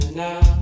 now